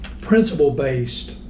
principle-based